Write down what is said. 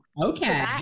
Okay